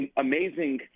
amazing